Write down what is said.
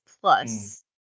plus